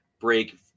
break